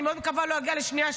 אני מאוד מקווה לא יגיע לשנייה,